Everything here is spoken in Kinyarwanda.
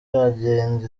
iragenda